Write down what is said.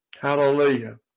Hallelujah